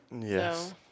yes